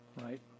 right